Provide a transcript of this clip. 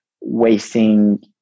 wasting